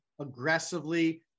aggressively